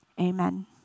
Amen